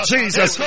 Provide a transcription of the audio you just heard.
Jesus